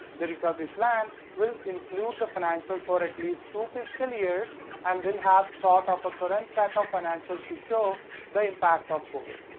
the recovery plan will include the financials for the last two fiscal years and will have sort of a current set of financials to show the impact of covid.